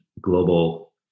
global